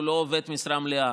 הוא לא עובד משרה מלאה,